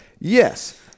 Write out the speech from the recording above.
Yes